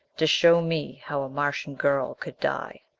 to show me how a martian girl could die.